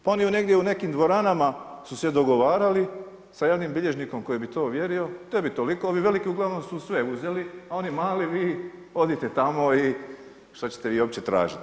Pa oni negdje u nekim dvoranama su se dogovarali sa javnim bilježnikom koji bi to ovjerio, tebi toliko, ovi veliki su uglavnom su sve uzeli, a oni mali, vi odite tamo i što ćete vi uopće tražiti.